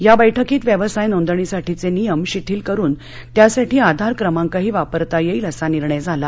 या बैठकीत व्यवसाय नोंदणीसाठीचशियम शिथिल करून त्यासाठी आधार क्रमांकही वापरता यईक असा निर्णय झाला